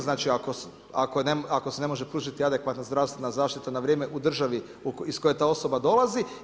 Znači ako se ne može pružiti adekvatna zdravstvena zaštita na vrijeme u državi iz koje ta osoba dolazi.